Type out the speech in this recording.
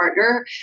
partner